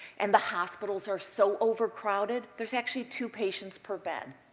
and the hospitals are so overcrowded there's actually two patients per bed,